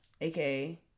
aka